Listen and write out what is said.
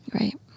right